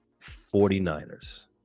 49ers